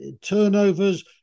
Turnovers